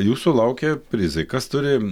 jūsų laukia prizai kas turi